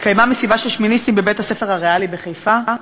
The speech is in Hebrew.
התקיימה מסיבה של שמיניסטים בבית-הספר "הריאלי" בחיפה.